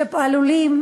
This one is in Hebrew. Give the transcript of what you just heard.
שעלולים,